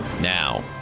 now